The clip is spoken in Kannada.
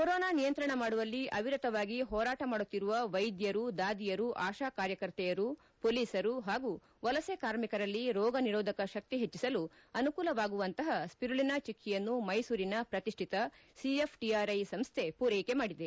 ಕೊರೊನಾ ನಿಯಂತ್ರಣ ಮಾಡುವಲ್ಲಿ ಅವಿರತವಾಗಿ ಹೋರಾಟ ಮಾಡುತ್ತಿರುವ ವೈದ್ಯರು ದಾದಿಯರು ಆಶಾ ಕಾರ್ಯಕರ್ತೆಯರು ಪೊಲೀಸರು ಹಾಗೂ ವಲಸೆ ಕಾರ್ಮಿಕರಲ್ಲಿ ರೋಗನಿರೋಧಕ ಶಕ್ತಿ ಹೆಚ್ಚಿಸಲು ಅನುಕೂಲವಾಗುವಂತಹ ಸ್ವಿರುಲಿನಾ ಚಿಕ್ಕಿಯನ್ನು ಮೈಸೂರಿನ ಪ್ರತಿಷ್ಠಿತ ಸಿಎಫ್ಟಆರ್ಐ ಸಂಸ್ಥೆ ಪೂರ್ಟೆಕೆ ಮಾಡಿದೆ